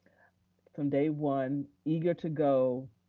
from day one, eager to go,